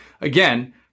again